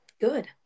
good